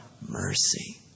Mercy